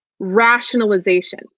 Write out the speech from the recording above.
rationalization